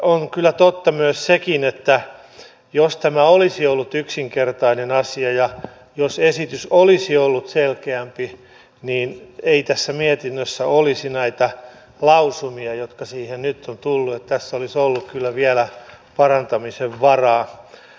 on kyllä totta myös sekin että jos tämä olisi ollut yksinkertainen asia ja jos esitys olisi ollut selkeämpi niin ei tässä mietinnössä olisi näitä lausumia jotka siihen nyt ovat tulleet niin että tässä olisi ollut kyllä vielä parantamisen varaa